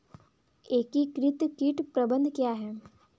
एकीकृत कीट प्रबंधन क्या है?